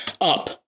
Up